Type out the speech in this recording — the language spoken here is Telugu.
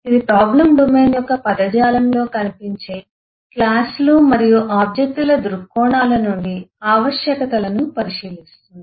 ఇది ప్రాబ్లం డొమైన్ యొక్క పదజాలంలో కనిపించే క్లాసులు మరియు ఆబ్జెక్ట్ ల దృక్కోణాల నుండి ఆవశ్యకతలను పరిశీలిస్తుంది